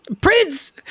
Prince